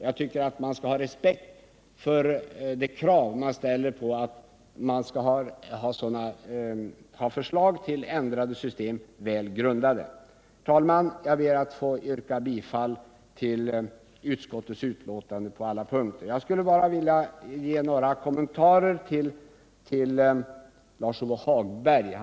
Jag tycker att de förslag till förändringar som förs fram skall vara väl grundade. Herr talman! Jag ber att få yrka bifall till utskottets hemställan på alla punkter. Till slut skulle jag bara vilja kommentera Lars-Ove Hagbergs anförande.